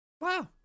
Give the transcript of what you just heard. wow